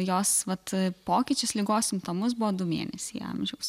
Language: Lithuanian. jos vat pokyčius ligos simptomus buvo du mėnesiai amžiaus